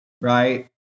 right